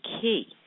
key